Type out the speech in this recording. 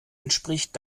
entspricht